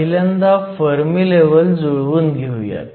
पहिल्यांदा Fermi level जुळवून घेऊयात